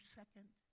second